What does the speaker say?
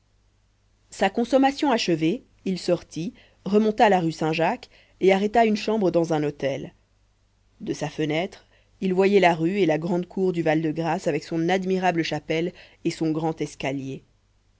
sa consommation achevée il sortit remonta la rue saint-jacques et arrêta une chambre dans un hôtel de sa fenêtre il voyait la rue et la grande cour du val-de-grâce avec son admirable chapelle et son grand escalier